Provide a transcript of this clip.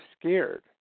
scared